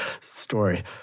story